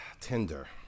Tinder